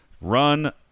Run